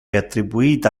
attribuita